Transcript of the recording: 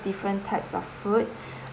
different types of food